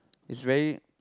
is very